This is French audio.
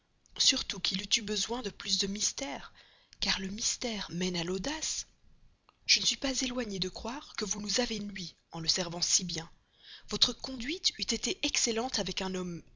surtout qu'il eût eu besoin de plus de mystère car le mystère mène à l'audace je ne suis pas éloigné de croire que vous nous avez nui en le servant trop bien votre conduite eût été excellente avec un homme